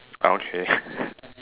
okay